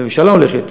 הממשלה הולכת,